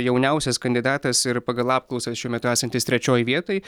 jauniausias kandidatas ir pagal apklausas šiuo metu esantis trečioj vietoj